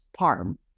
Parm